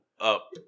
up